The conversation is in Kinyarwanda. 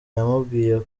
yamubwiye